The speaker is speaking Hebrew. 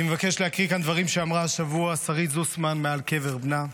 אני מבקש להקריא כאן דברים שאמרה השבוע שרית זוסמן מעל קבר בנה,